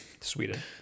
Sweden